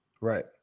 Right